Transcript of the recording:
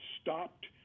stopped